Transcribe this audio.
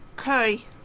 curry